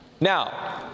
Now